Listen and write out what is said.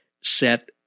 set